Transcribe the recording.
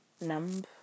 numb